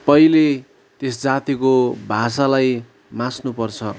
पहिले त्यस जातिको भाषालाई मास्नुपर्छ